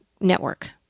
network